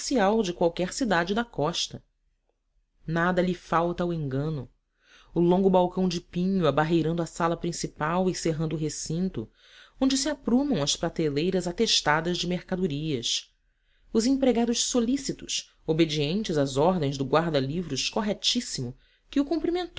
comercial de qualquer cidade da costa nada lhe falta ao engano o longo balcão de pinho abarreirando a sala principal e cerrando o recinto onde se aprumam as prateleiras atestadas de mercadorias os empregados solícitos obedientes às ordens do guarda-livros corretíssimo que o cumprimentou